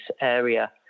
area